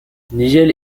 nigel